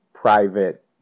private